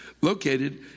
Located